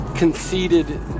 conceded